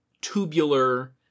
tubular